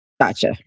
Gotcha